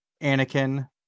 Anakin